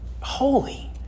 holy